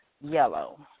yellow